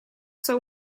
sua